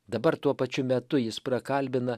dabar tuo pačiu metu jis prakalbina